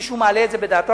מישהו מעלה את זה בדעתו?